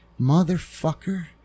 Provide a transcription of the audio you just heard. motherfucker